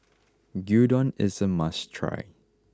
Gyudon is a must try